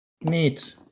neat